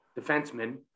defenseman